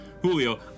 Julio